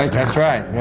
that's right. yes,